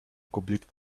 complete